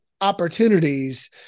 opportunities